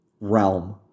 realm